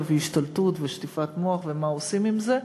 והשתלטות ושטיפת מוח ומה עושים עם זה.